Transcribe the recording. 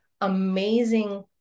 amazing